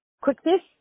quickness